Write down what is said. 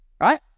Right